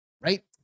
Right